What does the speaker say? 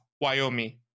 Wyoming